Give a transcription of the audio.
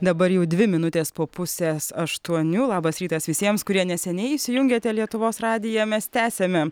dabar jau dvi minutės po pusės aštuonių labas rytas visiems kurie neseniai įsijungėte lietuvos radiją mes tęsiame